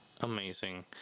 amazing